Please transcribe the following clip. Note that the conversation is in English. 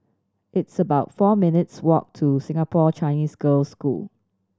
it's about four minutes walk to Singapore Chinese Girls' School